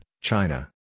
China